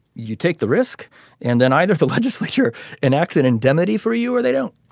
you take the risk and then either the legislature enacted indemnity for you or they don't.